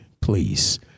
please